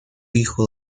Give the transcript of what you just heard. hijo